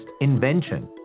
invention